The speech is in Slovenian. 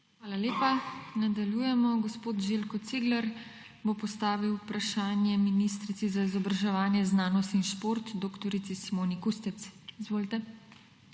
Hvala lepa. Nadaljujemo. Gospod Željko Cigler bo postavil vprašanje ministrici za izobraževanje, znanost in šport dr. Simoni Kustec. Izvolite.